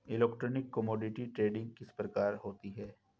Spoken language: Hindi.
इलेक्ट्रॉनिक कोमोडिटी ट्रेडिंग किस प्रकार होती है?